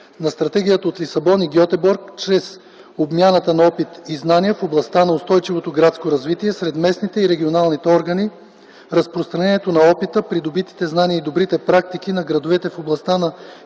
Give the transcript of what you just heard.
на Стратегията от Лисабон и Гьотеборг, чрез: обмяната на опит и знания в областта на устойчивото градско развитие сред местните и регионалните органи; разпространението на опита, придобитите знания и добрите практики на градовете в областта на